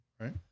Right